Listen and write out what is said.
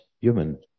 human